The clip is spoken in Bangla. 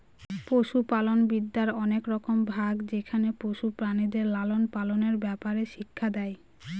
পশুপালনবিদ্যার অনেক রকম ভাগ যেখানে পশু প্রাণীদের লালন পালনের ব্যাপারে শিক্ষা দেয়